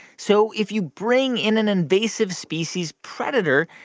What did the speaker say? so if you bring in an invasive species predator,